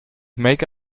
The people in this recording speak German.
make